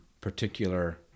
particular